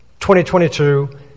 2022